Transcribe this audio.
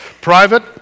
private